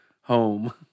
home